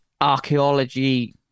archaeology